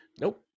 Nope